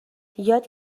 یاد